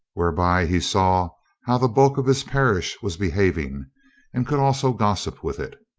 whereby he saw how the bulk of his parish was behaving and could also gos sip with it.